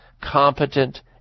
competent